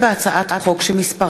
שמעון אוחיון,